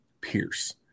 Pierce